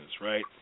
right